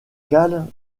cales